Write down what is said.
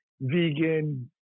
vegan